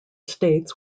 states